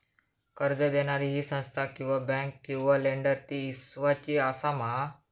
कर्ज दिणारी ही संस्था किवा बँक किवा लेंडर ती इस्वासाची आसा मा?